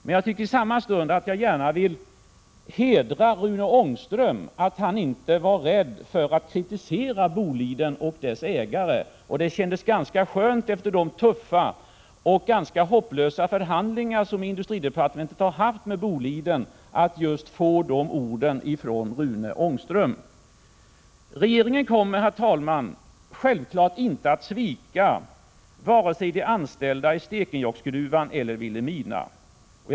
Men jag tycker i samma stund att jag gärna vill hedra Rune Ångström för att han inte var rädd för att kritisera Boliden och dess ägare. Det kändes ganska skönt efter de tuffa och ganska hopplösa förhandlingar som industridepartementet har fört med Boliden, att få de orden från Rune Ångström. Regeringen kommer, herr talman, självklart inte att svika vare sig de anställda i Stekenjokksgruvan eller människorna i Vilhelmina.